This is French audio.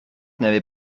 n’avait